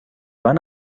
van